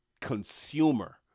consumer